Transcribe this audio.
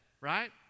right